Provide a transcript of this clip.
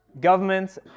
Governments